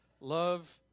love